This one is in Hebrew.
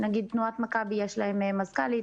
לתנועת מכבי יש מזכ"לית,